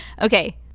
Okay